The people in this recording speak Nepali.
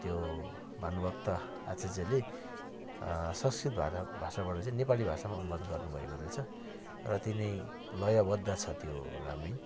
त्यो भानुभक्त आचार्यले संस्कृत भाषा भाषाबाट चाहिँ नेपाली भाषामा अनुवाद गर्नुभएको रहेछ र अति नै लयबद्ध छ त्यो रामायण